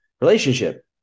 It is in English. relationship